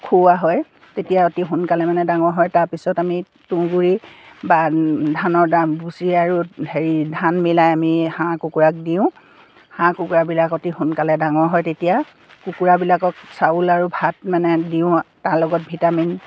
খুওৱা হয় তেতিয়া অতি সোনকালে মানে ডাঙৰ হয় তাৰপিছত আমি তুঁহগুৰি বা ধানৰ দাম ভুচি আৰু হেৰি ধান মিলাই আমি হাঁহ কুকুৰাক দিওঁ হাঁহ কুকুৰাবিলাক অতি সোনকালে ডাঙৰ হয় তেতিয়া কুকুৰাবিলাকক চাউল আৰু ভাত মানে দিওঁ তাৰ লগত ভিটামিন